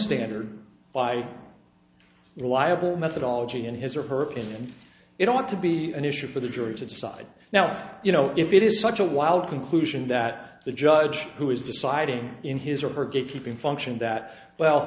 standard by reliable methodology and his or her opinion it ought to be an issue for the jury to decide now you know if it is such a wild conclusion that the judge who is deciding in his or her gatekeeping function that well